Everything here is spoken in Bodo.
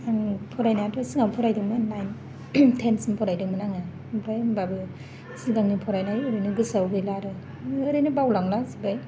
आङो फरायनायाथ' सिगाङाव फरायदोंमोन सिगां टेन सिम फरादोंमोन आङो ओमफ्राय होमबाबो सिगांनि फरायनाय होमबाबो गोसोआव गैला आरो ओरैनो बावलांला जोबबाय